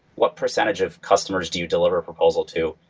what percentage of customers do you deliver a proposal to?